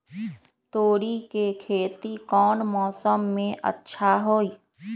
तोड़ी के खेती कौन मौसम में अच्छा होई?